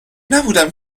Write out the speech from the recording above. نبودم